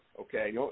Okay